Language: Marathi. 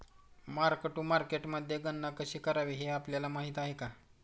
मार्क टू मार्केटमध्ये गणना कशी करावी हे आपल्याला माहित आहे का?